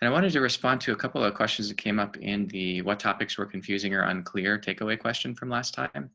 and i wanted to respond to a couple of questions that came up in the what topics were confusing or unclear takeaway question from last time